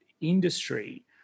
industry